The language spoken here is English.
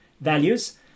values